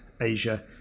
Asia